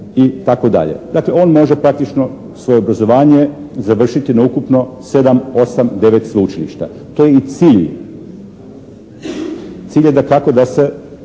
i tako dalje. Dakle on može praktično svoje obrazovanje završiti na ukupno 7, 8, 9 sveučilišta. To je i cilj. Cilj je dakako da se